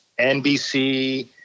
NBC